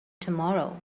tomorrow